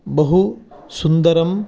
बहु सुन्दरम्